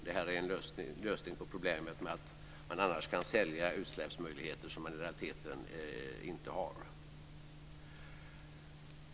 Det här är en lösning på problemet med att man annars kan sälja utsläppsmöjligheter som man i realiteten inte har.